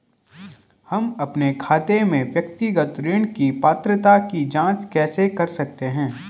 हम अपने खाते में व्यक्तिगत ऋण की पात्रता की जांच कैसे कर सकते हैं?